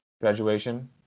graduation